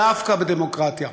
דווקא בדמוקרטיה,